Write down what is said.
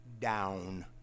down